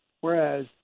Whereas